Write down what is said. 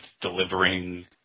delivering